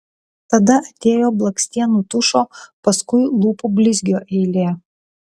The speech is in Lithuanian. tada atėjo blakstienų tušo paskui lūpų blizgio eilė